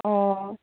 অঁ